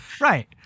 Right